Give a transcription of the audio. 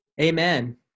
amen